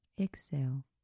Exhale